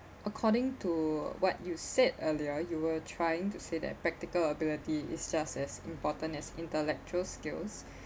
according to what you said earlier you were trying to say that practical ability is just as important as intellectual skills